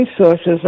sources